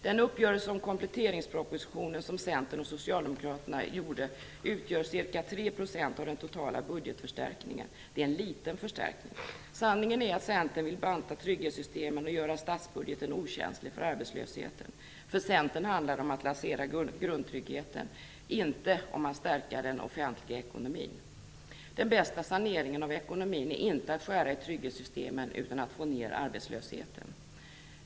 Den uppgörelse om kompletteringspropositionen som Centern och Socialdemokraterna gjorde utgör beloppsmässigt ca 3 % av den totala budgetförstärkningen. Det är en liten förstärkning. Sanningen är att Centern vill banta trygghetssystemen och göra statsbudgeten okänslig för arbetslösheten. För Centern handlar det om att lansera grundtryggheten - inte om att stärka den offentliga ekonomin. Den bästa saneringen av ekonomin är inte att skära i trygghetssystemen utan att få ned arbetslösheten!